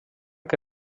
que